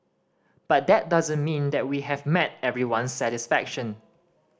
but that doesn't mean that we have met everyone's satisfaction